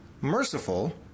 merciful